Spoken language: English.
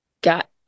got